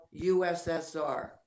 USSR